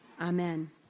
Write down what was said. Amen